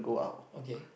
okay